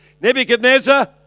Nebuchadnezzar